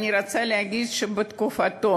אני רוצה להגיד שבתקופתו,